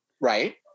Right